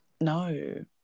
no